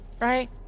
right